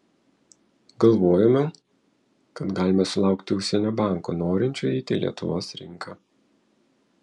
galvojome kad galime sulaukti užsienio banko norinčio įeiti į lietuvos rinką